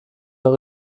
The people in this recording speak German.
mehr